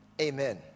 Amen